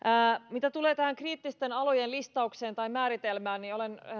mitä tulee tähän kriittisten alojen listaukseen tai määritelmään niin olen